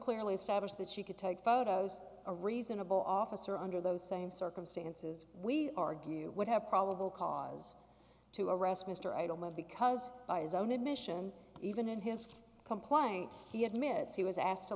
clearly established that she could take photos a reasonable officer under those same circumstances we argue would have probable cause to arrest mr adelman because by his own admission even in his complaint he admits he was asked to